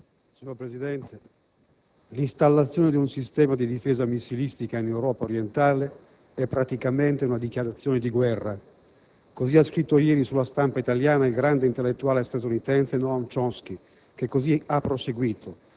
Signor Presidente, «l'istallazione di un sistema di difesa missilistica in Europa orientale è praticamente una dichiarazione di guerra»: così ha scritto ieri sulla stampa italiana il grande intellettuale statunitense Noam Chomsky, che così ha proseguito: